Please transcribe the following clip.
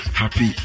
happy